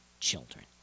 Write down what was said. children